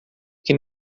que